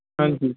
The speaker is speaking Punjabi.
ਹਾਂਜੀ